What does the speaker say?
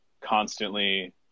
constantly